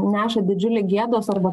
neša didžiulį gėdos arba